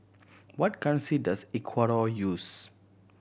what currency does Ecuador use